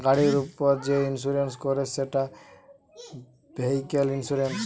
গাড়ির উপর যে ইন্সুরেন্স করে সেটা ভেহিক্যাল ইন্সুরেন্স